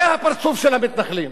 זה הפרצוף של המתנחלים.